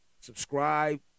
subscribe